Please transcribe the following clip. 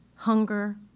hunger,